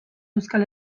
euskal